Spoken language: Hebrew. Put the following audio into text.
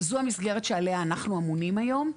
זו המסגרת שעליה אנחנו אמונים היום.